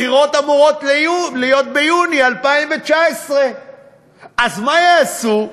בחירות אמורות להיות ביוני 2019. אז מה יעשו,